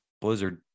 blizzard